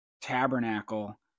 tabernacle